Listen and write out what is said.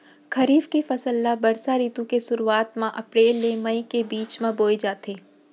खरीफ के फसल ला बरसा रितु के सुरुवात मा अप्रेल ले मई के बीच मा बोए जाथे